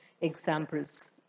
examples